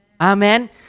Amen